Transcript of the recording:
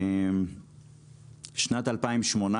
בשנת 2018,